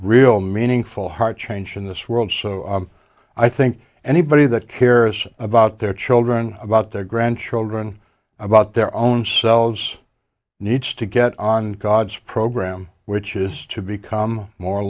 real meaningful hard change in this world so i think anybody that cares about their children about their grandchildren about their own selves needs to get on god's program which is to become more